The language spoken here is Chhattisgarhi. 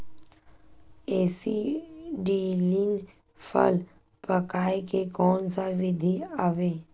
एसीटिलीन फल पकाय के कोन सा विधि आवे?